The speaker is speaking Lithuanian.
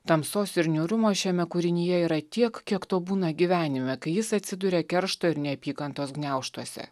tamsos ir niūrumo šiame kūrinyje yra tiek kiek to būna gyvenime kai jis atsiduria keršto ir neapykantos gniaužtuose